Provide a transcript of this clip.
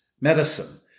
medicine